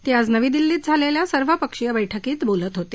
ते आज नवी दिल्लीत झालेल्या सर्वपक्षीय बैठकीत बोलत होते